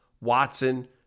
Watson